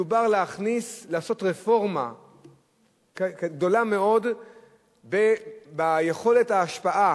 מדובר ברפורמה גדולה מאוד ביכולת ההשפעה